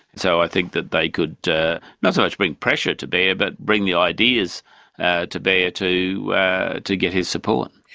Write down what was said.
so i think that they could not so much bring pressure to bear but bring the ideas ah to bear to to get his support.